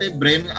brain